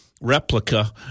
replica